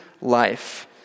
life